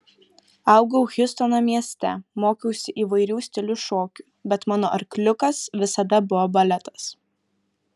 augau hjustono mieste mokiausi įvairių stilių šokių bet mano arkliukas visada buvo baletas